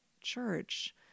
church